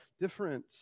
different